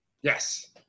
yes